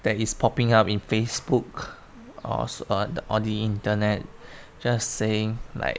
that is popping up in facebook or on the on the internet just saying like